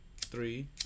three